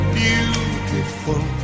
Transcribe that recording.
beautiful